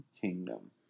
Kingdom